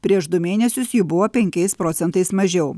prieš du mėnesius jų buvo penkiais procentais mažiau